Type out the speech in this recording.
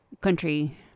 country